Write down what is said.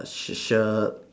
a sh~ shirt